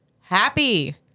happy